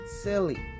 silly